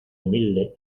humilde